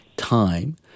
time